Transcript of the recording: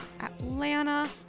Atlanta